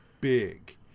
big